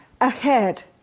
ahead